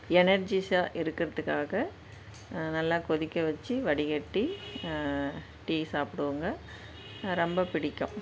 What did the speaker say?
எனர்ஜிஸ்ஸா இருக்கிறதுக்காக நல்லா கொதிக்க வச்சு வடிக்கட்டி டீ சாப்பிடுவோங்க ரொம்ப பிடிக்கும்